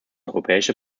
europäische